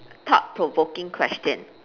thought provoking question